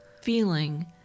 feeling